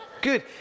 Good